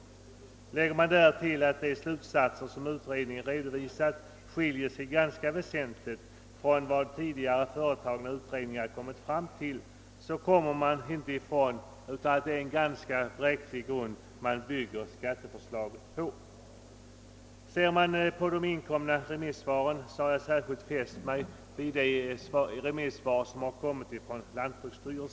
Betänker man sedan att de slutsatser som utredningen redovisat ganska väsentligt skiljer sig från vad tidigare utredningar kommit fram till kan man inte förneka att skatteförslaget bygger på en tämligen bräcklig grund. Av de inkomna remissvaren har jag särskilt fäst mig vid lantbruksstyrelsens yttrande.